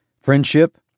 friendship